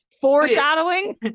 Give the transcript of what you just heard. Foreshadowing